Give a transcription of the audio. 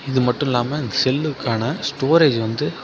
இது மட்டும் இல்லாமல் செல்லுக்கான ஸ்டோரேஜ் வந்து